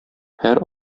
һәр